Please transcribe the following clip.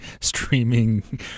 streaming